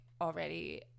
already